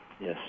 Yes